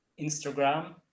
Instagram